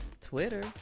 Twitter